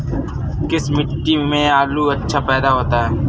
किस मिट्टी में आलू अच्छा पैदा होता है?